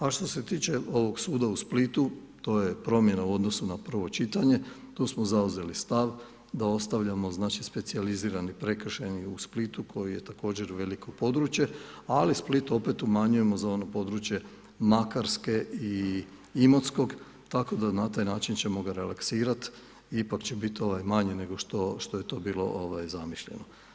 A što se tiče ovog suda u Splitu, to je promjena u odnosu na prvo čitanje, to smo zauzeli stav da ostavljamo znači specijalizirani, prekršajni u Splitu koji je također veliko područje ali Split opet umanjujemo za ono područje Makarske i Imotskog, tako da na taj način ćemo ga relaksirati i ipak će biti ovaj manji nego što je to bilo zamišljeno.